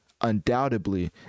undoubtedly